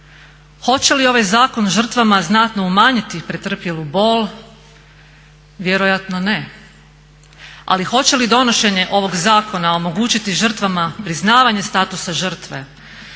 Hoće li ovaj zakon žrtvama znatno umanjiti pretrpjelu bol? Vjerojatno ne. Ali hoće li donošenje ovog zakona omogućiti žrtvama priznavanje statusa žrtve?